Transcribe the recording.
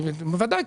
בוודאי,